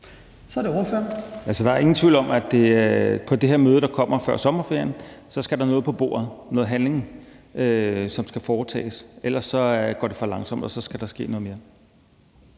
(SF): Det der er ingen tvivl om, at der på det møde, der kommer før sommerferien, skal noget på bordet, og at der er noget handling, der skal foretages. For ellers går det for langsomt, og der skal ske noget mere.